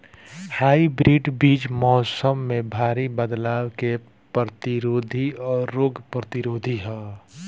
hybrid बीज मौसम में भारी बदलाव के प्रतिरोधी और रोग प्रतिरोधी ह